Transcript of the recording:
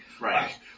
Right